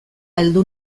heldu